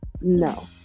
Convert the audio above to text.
No